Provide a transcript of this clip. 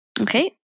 Okay